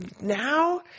now